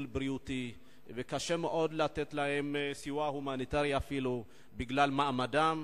רפואי וקשה מאוד לתת להם אפילו סיוע הומניטרי בגלל מעמדם.